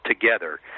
together